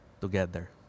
together